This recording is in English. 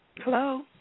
Hello